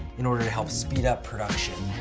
in order to help speed up production.